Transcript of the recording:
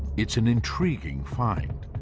it's an intriguing find.